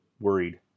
Worried